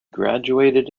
graduated